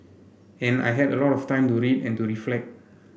and I had a lot of time to read and to reflect